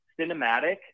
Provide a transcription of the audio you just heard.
cinematic